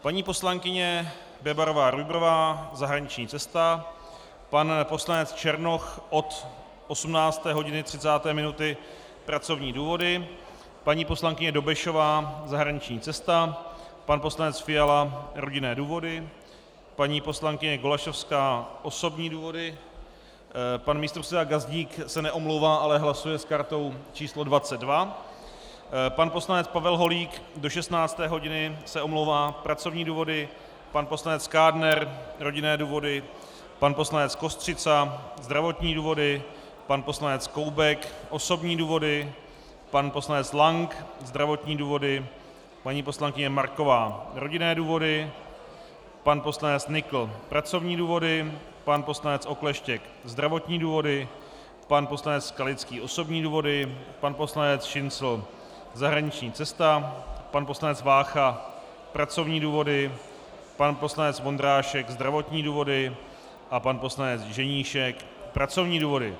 Paní poslankyně BebarováRujbrová zahraniční cesta, pan poslanec Černoch od 18.30 hodin pracovní důvody, paní poslankyně Dobešová zahraniční cesta, pan poslanec Fiala rodinné důvody, paní poslankyně Golasowská osobní důvody, pan místopředseda Gazdík se neomlouvá, ale hlasuje s kartou číslo 22, pan poslanec Pavel Holík se omlouvá do 16. hodiny pracovní důvody, pan poslanec Kádner rodinné důvody, pan poslanec Kostřica zdravotní důvody, pan poslanec Koubek osobní důvody, pan poslanec Lank zdravotní důvody, paní poslankyně Marková rodinné důvody, pan poslanec Nykl pracovní důvody, pan poslanec Okleštěk zdravotní důvody, pan poslanec Skalický osobní důvody, pan poslanec Šincl zahraniční cesta, pan poslanec Vácha pracovní důvody, pan poslanec Vondrášek zdravotní důvody a pan poslanec Ženíšek pracovní důvody.